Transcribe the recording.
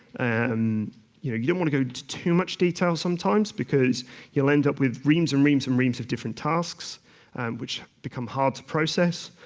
and you know you don't want to go into too much detail sometimes, because you will end up with reams and reams and reams of different tasks which become hard to process,